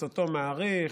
ברצותו מאריך,